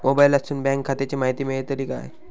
मोबाईलातसून बँक खात्याची माहिती मेळतली काय?